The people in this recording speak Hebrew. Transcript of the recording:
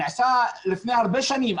הוא נעשה לפני הרבה שנים.